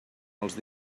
els